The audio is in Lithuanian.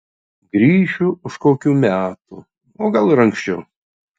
grįšiu už kokių metų o gal ir anksčiau